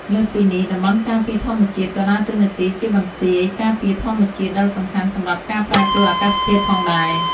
លើសពីនេះ តំបន់ការពារធម្មជាតិក៏ដើរតួនាទីជាបន្ទាយការពារធម្មជាតិដ៏សំខាន់សម្រាប់ការប្រែប្រួលអាកាសធាតុផងដែរ។